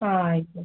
ആ ആയിക്കോട്ടെ